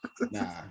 nah